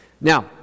Now